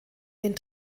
den